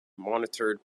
monitored